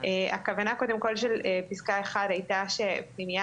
הכוונה קודם כל של פסקה (1) הייתה שפנימייה